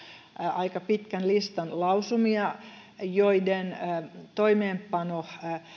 aika pitkän listan lausumia joiden toimeenpano